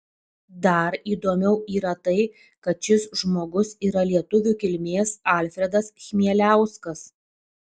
dar įdomiau yra tai kad šis žmogus yra lietuvių kilmės alfredas chmieliauskas